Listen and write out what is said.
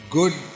good